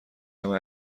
همه